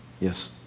Yes